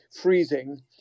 freezing